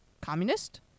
communist